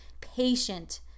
patient